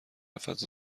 فضا